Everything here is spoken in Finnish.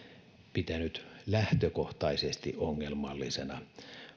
pitänyt lähtökohtaisesti ongelmallisena